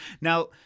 Now